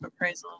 appraisals